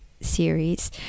series